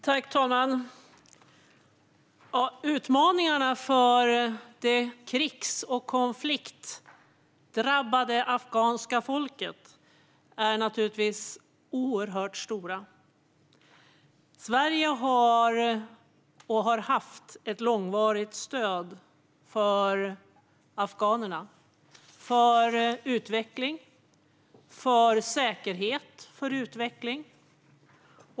Fru talman! Utmaningarna för det krigs och konfliktdrabbade afghanska folket är naturligtvis oerhört stora. Sverige ger, och har givit, ett långvarigt stöd till afghanerna på områden som rör säkerhet och utveckling.